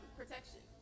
protection